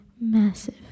massive